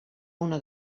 una